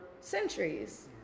centuries